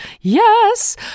yes